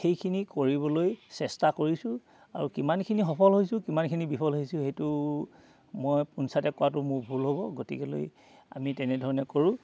সেইখিনি কৰিবলৈ চেষ্টা কৰিছোঁ আৰু কিমানখিনি সফল হৈছোঁ কিমানখিনি বিফল হৈছোঁ সেইটো মই পঞ্চায়তে কোৱাটো মোৰ ভুল হ'ব গতিকেলৈ আমি তেনেধৰণে কৰোঁ